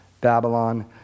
Babylon